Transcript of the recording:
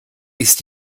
ist